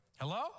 Hello